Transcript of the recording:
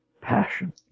passion